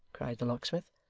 cried the locksmith.